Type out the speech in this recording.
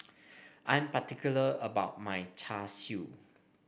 I'm particular about my Char Siu